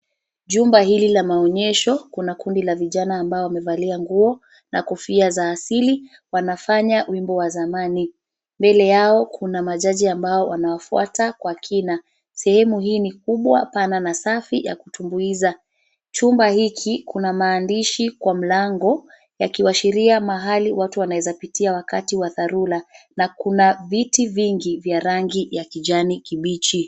Jumba hili la maonesho kuna kundi la vijana ambao wamevalia nguo na kofia za asili, wanafanya wimbo wa zamani mbele yao kuna majaji ambao wanawafuata kwa kina. Sehemu hii ni kubwa, pana na safi ya kutumbuiza. Chumba hiki kuna maandishi kwa mlango yakiwashiria mahali watu wanaweza pitia wakati wa dharura, na kuna viti vingi vya rangi ya kijani kibichi.